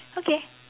okay